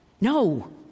No